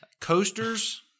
Coasters